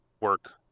work